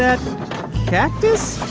ah cactus?